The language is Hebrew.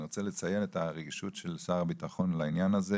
ואני רוצה לציין את הרגישות של שר הביטחון לעניין הזה.